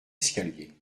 escaliers